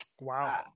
Wow